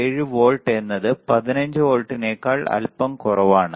7 volt എന്നത് 15 വോൾട്ടിനേക്കാൾ അല്പം കുറവാണ്